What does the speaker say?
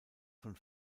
von